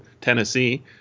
Tennessee